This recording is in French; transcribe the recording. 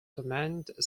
demande